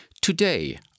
Today